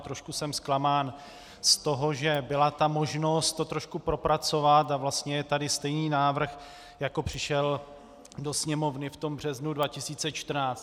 A trošku jsem zklamán z toho, že byla možnost to trošku propracovat, a vlastně je tady stejný návrh, jako přišel do Sněmovny v březnu 2014.